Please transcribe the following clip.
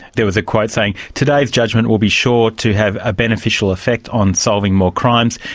there was a quote saying, today's judgment will be sure to have a beneficial effect on solving more crimes.